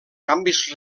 canvis